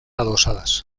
adosadas